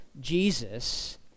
jesus